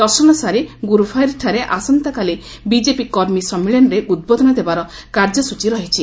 ଦର୍ଶନ ସାରି ଗୁରୁଭାୟୀର୍ଠାରେ ଆସନ୍ତାକାଲି ବିକେପି କର୍ମୀ ସମ୍ମିଳନୀରେ ଉଦ୍ବୋଧନ ଦେବାର କାର୍ଯ୍ୟସ୍ଟଚୀ ରହିଛି